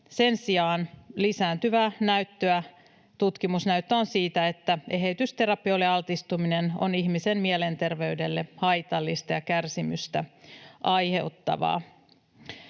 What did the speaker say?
Sen sijaan lisääntyvää tutkimusnäyttöä on siitä, että eheytysterapioille altistuminen on ihmisen mielenterveydelle haitallista ja kärsimystä aiheuttavaa.